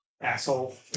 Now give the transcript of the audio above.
asshole